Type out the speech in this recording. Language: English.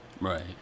Right